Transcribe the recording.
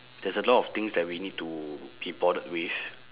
there's a lot of things that we need to be bothered with